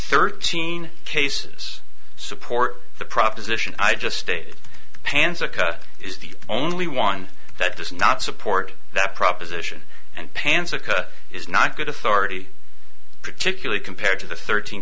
thirteen cases support the proposition i just stated panza is the only one that does not support that proposition and panzer is not good authority particularly compared to the thirteen